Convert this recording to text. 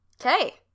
Okay